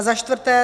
Za čtvrté.